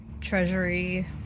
treasury